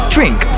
Drink